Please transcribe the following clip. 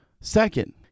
Second